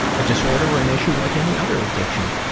disorder or an issue like any other addiction.